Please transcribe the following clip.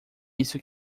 isso